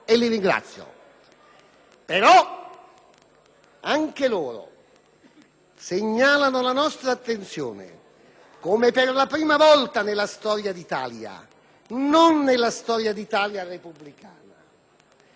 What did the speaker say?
anche loro segnalano alla nostra attenzione che, per la prima volta nella storia d'Italia (non nella storia d'Italia repubblicana, ma nella storia d'Italia *tout